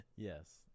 Yes